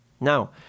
Now